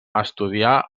estudià